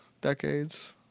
decades